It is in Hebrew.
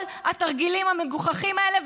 כל התרגילים המגוחכים האלה,